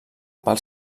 pel